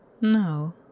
No